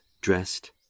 dressed